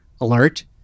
alert